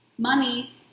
Money